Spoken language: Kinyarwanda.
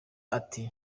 ati